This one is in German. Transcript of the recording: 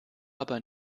aber